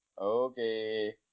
Okay